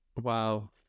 Wow